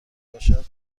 باشد